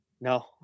No